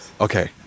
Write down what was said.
Okay